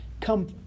come